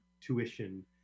tuition